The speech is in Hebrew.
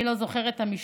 מי לא זוכר את המשפט